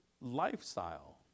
lifestyle